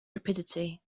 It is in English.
rapidity